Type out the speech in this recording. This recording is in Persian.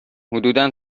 حدودا